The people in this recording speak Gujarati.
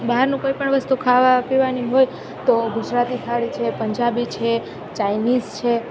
બહારનું કોઈપણ વસ્તુ ખાવા પીવાની હોય તો ગુજરાતી થાળી છે પંજાબી છે ચાઇનીઝ છે